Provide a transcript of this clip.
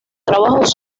trabajos